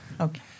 Okay